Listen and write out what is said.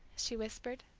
she whispered.